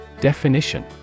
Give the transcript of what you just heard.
Definition